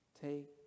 Take